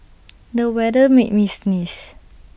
the weather made me sneeze